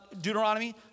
Deuteronomy